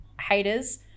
haters